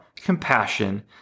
Compassion